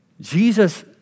Jesus